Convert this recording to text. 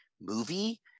Movie